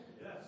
Yes